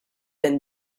been